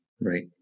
Right